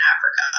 Africa